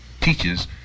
teaches